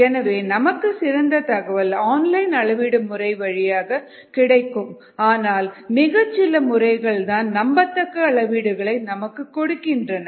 எனவே நமக்கு சிறந்த தகவல் ஆன்லைன் அளவீடு முறைகள் வழியாக கிடைக்கும் ஆனால் மிகச்சில முறைகள் தான் நம்பத்தக்க அளவீடுகளை நமக்கு கொடுக்கின்றன